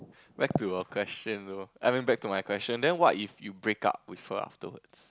back to a question though I mean back to my question then what if you break up with her afterwards